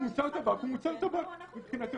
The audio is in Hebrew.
מוצר טבק הוא מוצר טבק מבחינתנו,